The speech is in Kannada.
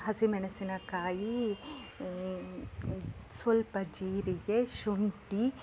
ಹಸಿಮೆಣಸಿನಕಾಯಿ ಸ್ವಲ್ಪ ಜೀರಿಗೆ ಶುಂಠಿ